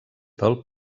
del